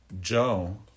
Joe